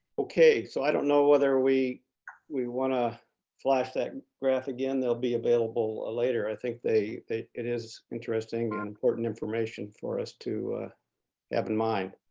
okay so i don't know whether we we want to flash that graph again. they'll be available ah later. i think it it is interesting and important information for us to have in mind.